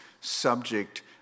subject